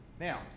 Now